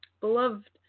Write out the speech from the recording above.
beloved